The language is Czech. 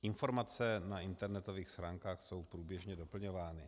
Informace na internetových stránkách jsou průběžně doplňovány.